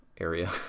area